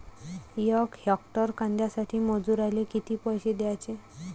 यक हेक्टर कांद्यासाठी मजूराले किती पैसे द्याचे?